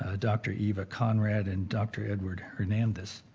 ah dr. eva conrad and dr. edward hernandez.